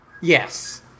Yes